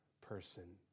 person